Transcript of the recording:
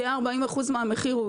כ- 40% מהמחיר,